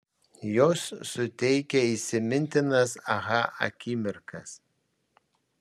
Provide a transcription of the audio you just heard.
jos suteikia įsimintinas aha akimirkas